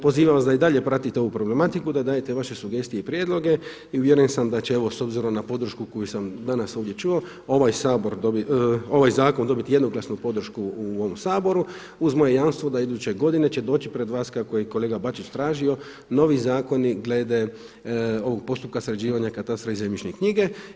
Pozivam vas da i dalje pratite ovu problematiku, da i dalje dajete veše sugestije i prijedloge i uvjeren sam da će evo s obzirom na podršku koju sam danas ovdje čuo, ovaj zakon dobiti jednoglasnu podršku u ovom Saboru, uz moje jamstvo da iduće godine će doći pred vas kako je kolega Bačić tražio, novi zakoni glede ovog postupka sređivanja katastra i zemljišne knjige.